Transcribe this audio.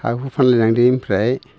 हा हु फानलायनांदो ओमफ्राय